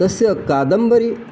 तस्य कादम्बरी